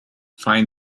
find